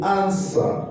answer